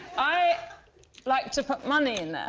i like to put money in there.